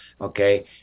okay